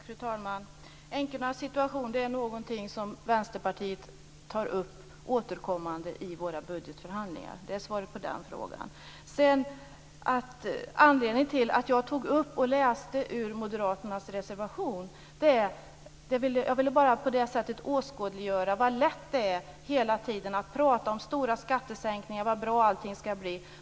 Fru talman! Änkornas situation är någonting som vi i Vänsterpartiet tar upp återkommande i våra budgetförhandlingar. Det är svaret på den frågan. Anledningen till att jag tog upp och läste ur Moderaternas reservation var att jag på det sättet ville åskådliggöra hur lätt det är att hela tiden tala om stora skattesänkningar och om hur bra allting skall bli.